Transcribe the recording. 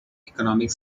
economic